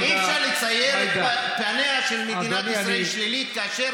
אי-אפשר לצייר את פניה של מדינת ישראל לשלילה כאשר